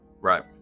Right